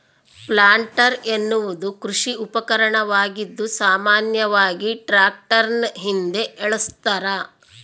planter ಎನ್ನುವುದು ಕೃಷಿ ಉಪಕರಣವಾಗಿದ್ದು ಸಾಮಾನ್ಯವಾಗಿ ಟ್ರಾಕ್ಟರ್ನ ಹಿಂದೆ ಏಳಸ್ತರ